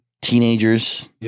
teenagers